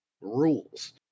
Rules